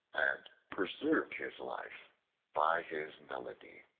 and preserved his life by his melody.